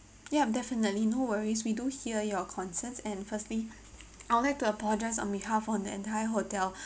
ya definitely no worries we do hear your concerns and firstly I would like to apologise on behalf on the entire hotel